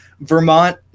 Vermont